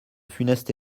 funeste